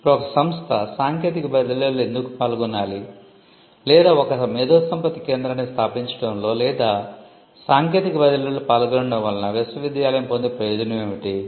ఇప్పుడు ఒక సంస్థ సాంకేతిక బదిలీలో ఎందుకు పాల్గొనాలి లేదా ఒక మేధోసంపత్తి కేంద్రాన్ని స్థాపించడంలో లేదా సాంకేతిక బదిలీలో పాల్గొనడం వలన విశ్వవిద్యాలయం పొందే ప్రయోజనం ఏమిటి